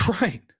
Right